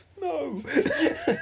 no